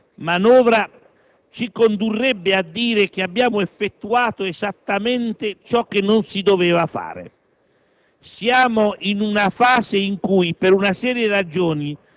introdotte nell'ordinamento da questa manovra ci condurrebbe ad affermare che abbiamo effettuato esattamente ciò che non si doveva fare.